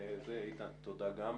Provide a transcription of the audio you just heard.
איתן, תודה גם לך.